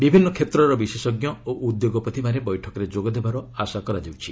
ବିଭିନ୍ନ କ୍ଷେତ୍ରର ବିଶେଷଜ୍ଞ ଓ ଉଦ୍ୟୋଗପତିମାନେ ବୈଠକରେ ଯୋଗ ଦେବାର ଆଶା କରାଯାଉଛି